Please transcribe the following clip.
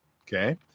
Okay